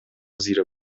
زیر